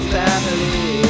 family